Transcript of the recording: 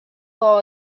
law